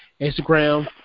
Instagram